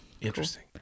interesting